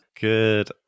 Good